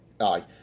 Aye